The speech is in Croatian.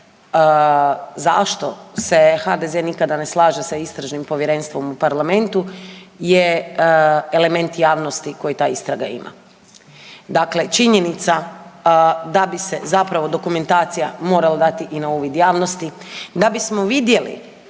zašto se HDZ nikada ne slaže sa istražnim povjerenstvom u parlamentu je element javnosti koji ta istraga ima. Dakle, činjenica da bi se zapravo dokumentacija morala dati i na uvid javnosti, da bismo vidjeli